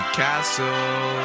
castle